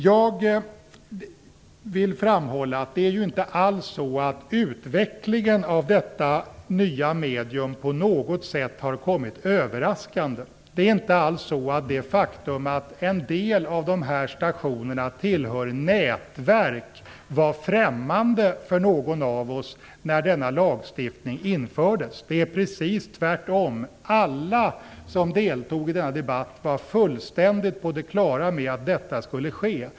Jag vill framhålla att det är inte alls så att utvecklingen av detta nya medium på något sätt har kommit överraskande. Det faktum att en del av det här stationerna tillhör nätverk var inte alls främmande för någon av oss när lagstiftningen infördes. Det är precis tvärtom. Alla som deltog i debatten var fullständigt på det klara med vad som skulle ske.